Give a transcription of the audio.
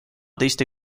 teiste